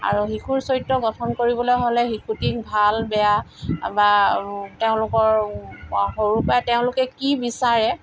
আৰু শিশুৰ চৰিত্ৰ গঠন কৰিবলৈ হ'লে শিশুটিক ভাল বেয়া বা তেওঁলোকৰ সৰুৰ পৰাই তেওঁলোকে কি বিচাৰে